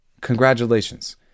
Congratulations